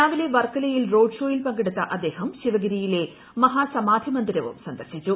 രാവിലെ വർക്കലയിൽ റോഡ്ഷോയിൽ പങ്കെടുത്ത അദ്ദേഹം ശിവഗിരിയിലെ മഹാസമാധിമന്ദിരവും സന്ദർശിച്ചു